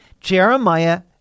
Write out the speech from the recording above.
Jeremiah